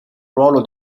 ruolo